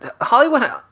Hollywood